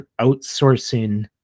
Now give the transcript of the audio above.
outsourcing